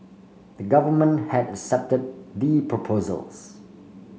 the government had accepted the proposals